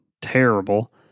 terrible